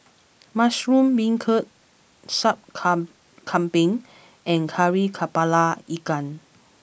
Mushroom Beancurd Sup come Kambing and Kari Kepala Ikan